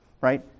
right